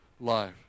life